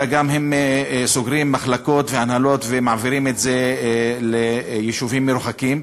אלא הם סוגרים גם מחלקות והנהלות ומעבירים את זה ליישובים מרוחקים.